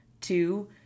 Two